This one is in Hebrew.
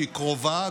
שהיא קרובה,